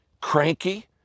cranky